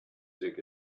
dig